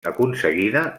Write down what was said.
aconseguida